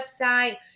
website